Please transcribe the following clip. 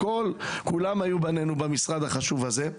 כולם היו בנינו במשרד החשוב הזה.